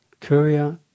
courier